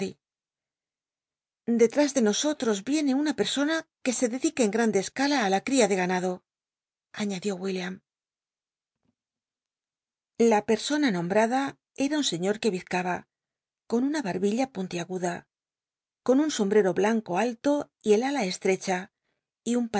s de nosotros yiene una pci'sona que se dedica en grande escala á in cria de ga nado añadió william la persona nombrada era un señor que yizcaba con una barbilla puntiaguda con un sombrero blanco alto y el ala estrecha y un